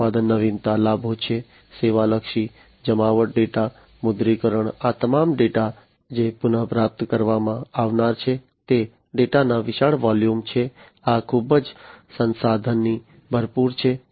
ઉત્પાદન નવીનતા લાભો છે સેવા લક્ષી જમાવટ ડેટા મુદ્રીકરણ આ તમામ ડેટા જે પુનઃપ્રાપ્ત કરવામાં આવનાર છે તે ડેટાના વિશાળ વોલ્યુમો છે આ ખૂબ જ સંસાધનથી ભરપૂર છે